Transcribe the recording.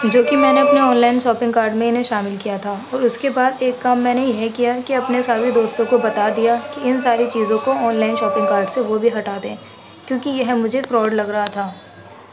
جو کہ میں نے اپنے آن لائن شاپنگ کارٹ میں انہیں شامل کیا تھا اور اس کے بعد ایک کام میں نے یہ کیا کہ اپنے سارے دوستوں کو بتا دیا کہ ان ساری چیزوں کو آن لائن شاپنک کارٹ سے وہ بھی ہٹا دیں کیونکہ یہ مجھے فراڈ لگ رہا تھا